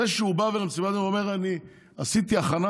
זה שהוא בא למסיבת עיתונאים ואומר: אני עשיתי הכנה,